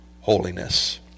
holiness